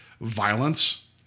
violence